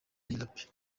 nairobi